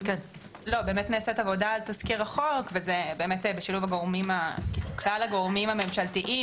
באמת נעשית עבודה על תזכיר החוק וזה בשילוב כלל הגורמים הממשלתיים,